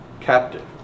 captive